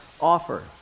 offer